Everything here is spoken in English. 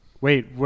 Wait